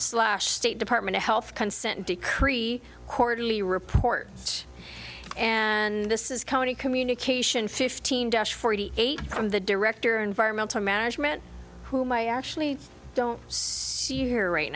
slash state department of health consent decree quarterly report and this is county communication fifteen dash forty eight from the director environmental management whom i actually don't hear right